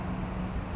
ya